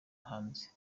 hanze